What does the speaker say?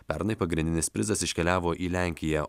pernai pagrindinis prizas iškeliavo į lenkiją